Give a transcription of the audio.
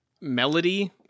melody